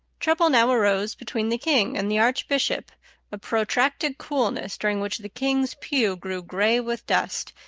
trouble now arose between the king and the archbishop a protracted coolness, during which the king's pew grew gray with dust,